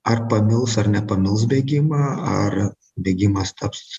ar pamils ar nepamils bėgimą ar bėgimas taps